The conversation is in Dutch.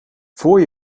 voor